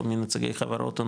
או נציגי חברות,